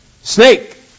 Snake